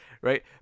right